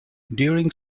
during